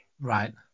Right